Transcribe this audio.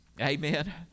amen